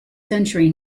century